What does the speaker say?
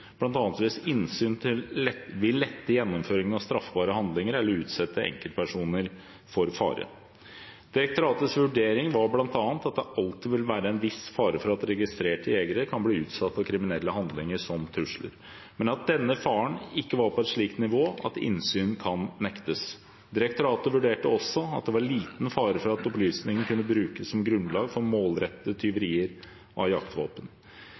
innsyn vil lette gjennomføringen av straffbare handlinger eller utsette enkeltpersoner for fare. Direktoratets vurdering var bl.a. at det alltid vil være en viss fare for at registrerte jegere kan bli utsatt for kriminelle handlinger som trusler, men at denne faren ikke var på et slikt nivå at innsyn kan nektes. Direktoratet vurderte også at det var liten fare for at opplysninger kunne brukes som grunnlag for målrettede tyverier av